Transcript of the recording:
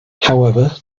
however